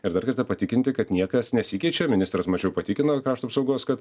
ir dar kartą patikinti kad niekas nesikeičia ministras mačiau patikino krašto apsaugos kad